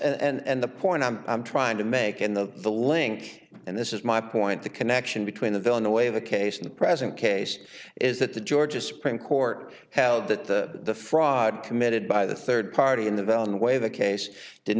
yes and the point i'm trying to make in the the link and this is my point the connection between the bill in the way the case in the present case is that the georgia supreme court held that the fraud committed by the third party in the down way the case did